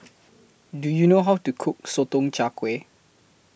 Do YOU know How to Cook Sotong Char Kway